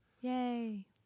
Yay